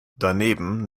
daneben